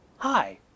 Hi